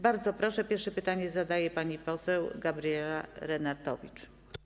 Bardzo proszę, pierwsze pytanie zadaje pani poseł Gabriela Lenartowicz.